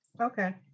Okay